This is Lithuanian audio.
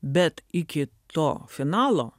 bet iki to finalo